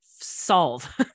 solve